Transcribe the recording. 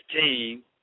team